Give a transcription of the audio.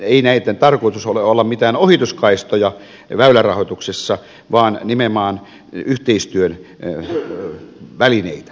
ei näitten tarkoitus ole olla mitään ohituskaistoja väylärahoituksessa vaan nimenomaan yhteistyön välineitä